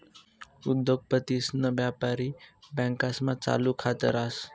उद्योगपतीसन व्यापारी बँकास्मा चालू खात रास